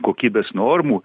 kokybės normų